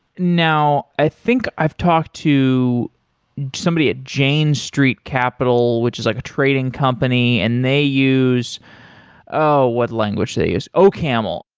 now, i think i've talked to somebody at jane street capital, which is like a trading company and they use oh! what language do they use? ocaml.